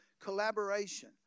collaboration